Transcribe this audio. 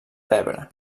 pebre